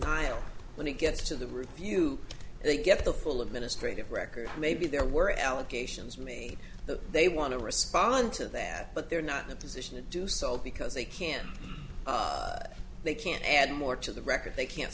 nile when it gets to the review they get the full of ministry of record maybe there were allegations me that they want to respond to that but they're not in a position to do so because they can't they can't add more to the record they can't